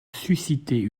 susciter